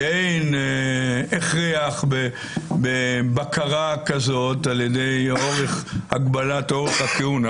שאין הכרח בבקרה כזאת ע"י הגבלת אורך הכהונה